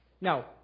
Now